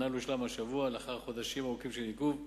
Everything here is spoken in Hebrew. הנ"ל יושלם השבוע לאחר חודשים ארוכים של עיכוב,